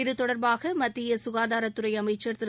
இது தொடர்பாக மத்திய சுகாதாரத்துறை அமைச்சள் திரு